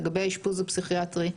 לגבי האשפוז הפסיכיאטרי,